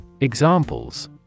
Examples